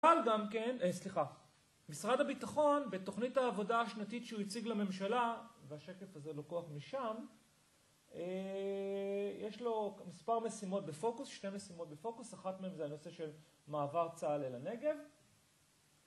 גם כן, סליחה, משרד הביטחון בתוכנית העבודה השנתית שהוא הציג לממשלה, והשקף הזה לקוח משם, יש לו מספר משימות בפוקוס, שתי משימות בפוקוס, אחת מהן זה הנושא של מעבר צה"ל אל הנגב.